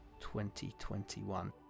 2021